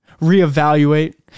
re-evaluate